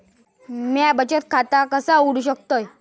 म्या बचत खाता कसा उघडू शकतय?